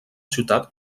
ciutat